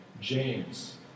James